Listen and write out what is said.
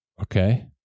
Okay